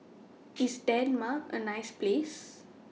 IS Denmark A nice Place